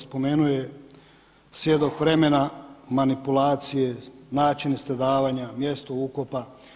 Spomenuo je: svjedok vremena, manipulacije, načine stradavanja, mjesto ukopa.